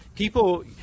People